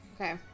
Okay